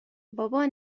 بابا